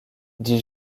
dit